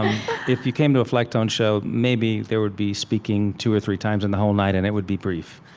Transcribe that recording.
if you came to a flecktones show, maybe there would be speaking two or three times in the whole night, and it would be brief.